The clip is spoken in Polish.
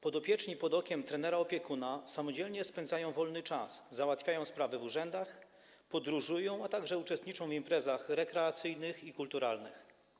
Podopieczni pod okiem trenera opiekuna samodzielnie spędzają wolny czas, załatwiają sprawy w urzędach, podróżują, a także uczestniczą w imprezach rekreacyjnych i kulturalnych.